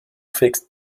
fixed